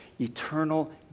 eternal